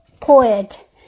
poet